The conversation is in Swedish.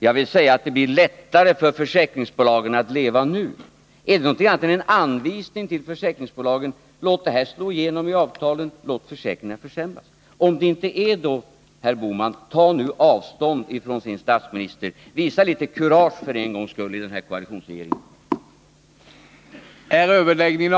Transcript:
Jag vill säga att det blir lättare för försäkringsbolagen att leva nu.” Är det någonting annat än en anvisning till försäkringsbolagen att låta detta slå igenom i avtalen och låta försäkringarna försämras? Om det inte är så, herr Bohman, ta då avstånd från er statsminister! Visa litet kurage för en gångs skull i den här koalitionsregeringen!